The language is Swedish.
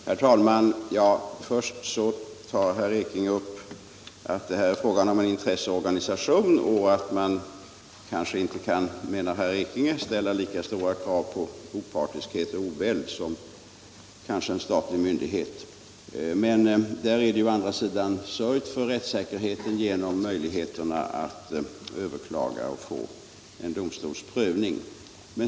Herr talman! Herr Ekinge säger att Advokatsamfundet är en intresseorganisation och att man kanske inte kan ställa lika stora krav på opartiskhet och oväld på denna som på en statlig myndighet. Å andra sidan är det ju sörjt för rättssäkerheten genom möjligheterna att överklaga beslut och få en domstolsprövning.